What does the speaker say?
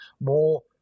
more